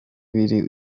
ibiri